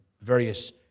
various